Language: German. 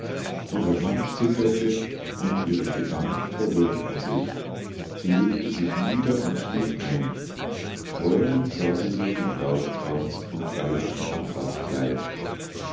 ihre hand zitterte und ihre gedanken verwirrten sich sie legte sich nieder und schlief ein träumend sah sie sich im brautkranz und weißen